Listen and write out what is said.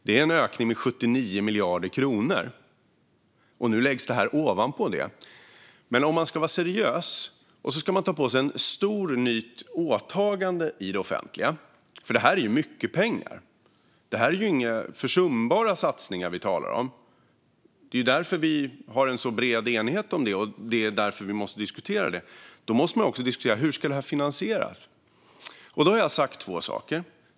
Det är en ökning med 79 miljarder kronor. Nu läggs detta ovanpå det. Man ska vara seriös när man ska ta på sig ett stort nytt åtagande i det offentliga. Detta är mycket pengar. Det är inga försumbara satsningar vi talar om. Det är därför vi har en så bred enighet om det, och det är därför vi måste diskutera det. Då måste man också diskutera: Hur ska det finansieras? Jag har sagt två saker.